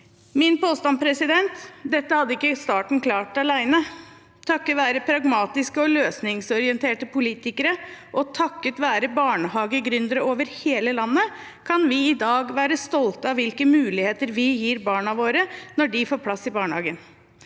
Min påstand: Dette hadde ikke staten klart alene. Takket være pragmatiske og løsningsorienterte politikere og takket være barnehagegründere over hele landet kan vi i dag være stolte av hvilke muligheter vi gir barna våre når de får plass i barnehagen.